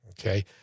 okay